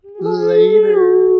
later